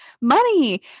money